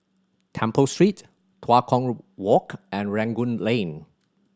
Temple Street Tua Kong Walk and Rangoon Lane